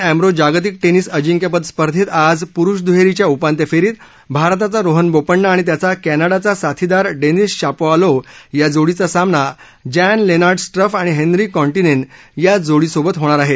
एमरो जागतिक टेनिस अजिंक्यपद स्पर्धेत आज प्रुष दुहेरीच्या उपांत्य फेरीत भारताचा रोहन बोपण्णा आणि त्याचा कॅनडाचा साथीदार डेनिस शापोव्हालोव्ह या जोडीचा सामना जॅन लेन्नार्ड स्ट्रफ आणि हेनरी कोंटीनेन या जोडीसोबत होणार आहे